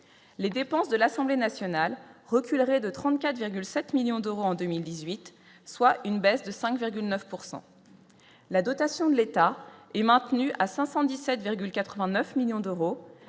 les dépenses de l'Assemblée nationale reculerait de 34,7 millions d'euros en 2018, soit une baisse de 5,9 pourcent la dotation de l'État est maintenu à 517,89 millions d'euros,